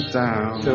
down